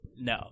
No